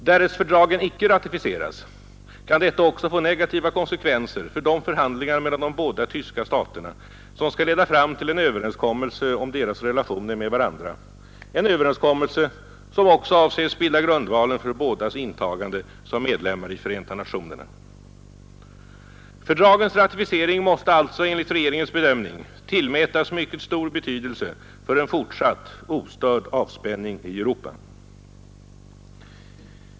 Därest fördragen icke ratificeras kan detta också få negativa konsekvenser för de förhandlingar mellan de båda tyska staterna, som skall leda fram till en överenskommelse om deras relationer med varandra, en överenskommelse som även avses bilda grundvalen för bådas intagande som medlemmar i Förenta nationerna. Fördragens ratificering måste alltså enligt regeringens bedömning tillmätas mycket stor betydelse för en fortsatt ostörd avspänning i Europa.